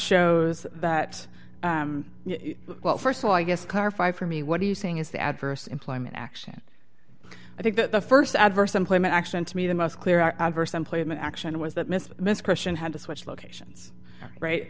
shows that well st of all i guess clarify for me what are you saying is the adverse employment action i think that the st adverse employment action to me the most clear adverse employment action was that miss miss christian had to switch locations right